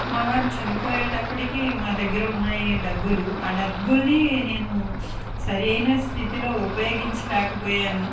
మా వారు చనిపోయేటప్పటికి మా దగ్గర ఉన్నాయి డబ్బులు ఆ డబ్బులను నేను సరైన స్థితిలో ఉపయోగించలేక పోయాను